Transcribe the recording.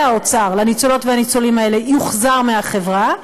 האוצר לניצולות והניצולים האלה יוחזר מהחברה,